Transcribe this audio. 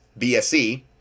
BSE